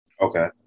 Okay